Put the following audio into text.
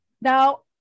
Now